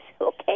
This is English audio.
okay